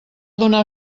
donar